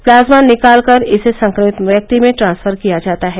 plasma निकाल कर इसे संक्रमित व्यक्ति में ट्रांसफर किया जाता है